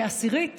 כעשירית